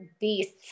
beasts